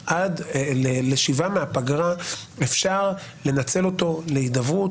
"אנחנו פורשים מהרפורמה כי אנחנו מעדיפים את התינוק חי,